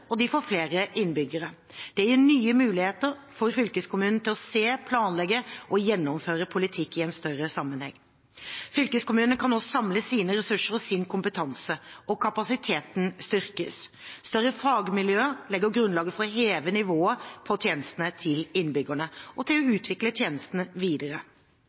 og de får flere innbyggere. Det gir nye muligheter for fylkeskommunene til å se, planlegge og gjennomføre politikk i en større sammenheng. Fylkeskommunene kan nå samle sine ressurser og sin kompetanse, og kapasiteten styrkes. Større fagmiljøer legger grunnlaget for å heve nivået på tjenestene til innbyggerne og for å utvikle tjenestene videre.